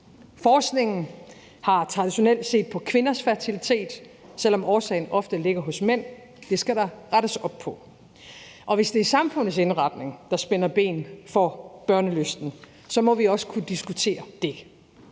Forskningen har traditionelt set på kvinders fertilitet, selv om årsagen ofte ligger hos mændene. Det skal der rettes op på. Og hvis det er samfundets indretning, der spænder ben for lysten til at få børn, må vi også kunne diskutere det.